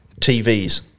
tvs